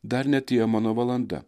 dar neatėjo mano valanda